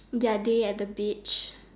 their day at the beach